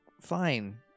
Fine